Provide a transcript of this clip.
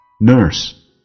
Nurse